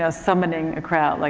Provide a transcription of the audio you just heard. ah summoning a crowd. like,